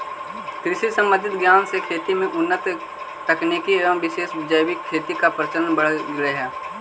कृषि संबंधित ज्ञान से खेती में उन्नत तकनीक एवं विशेष जैविक खेती का प्रचलन बढ़ गेलई हे